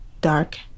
dark